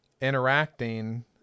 interacting